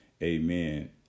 amen